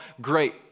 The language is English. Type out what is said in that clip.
Great